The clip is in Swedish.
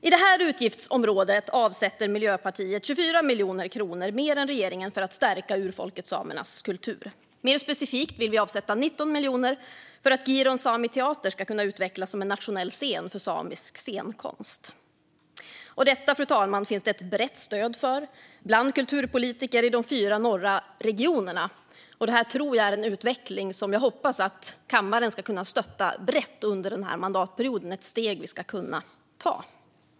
På det här utgiftsområdet avsätter Miljöpartiet 24 miljoner kronor mer än regeringen för att stärka urfolket samernas kultur. Mer specifikt vill vi avsätta 19 miljoner för att Giron Sámi Teáhter ska kunna utvecklas som en nationell scen för samisk scenkonst. Detta, fru talman, finns det brett stöd för bland kulturpolitiker i de fyra norra regionerna, och det är en utveckling som jag hoppas att kammaren ska kunna stötta brett under denna mandatperiod - ett steg vi ska kunna ta.